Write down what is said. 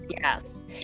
Yes